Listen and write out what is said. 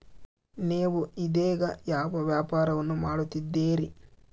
ನೇವು ಇದೇಗ ಯಾವ ವ್ಯಾಪಾರವನ್ನು ಮಾಡುತ್ತಿದ್ದೇರಿ?